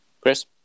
Chris